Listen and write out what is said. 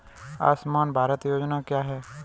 आयुष्मान भारत योजना क्या है?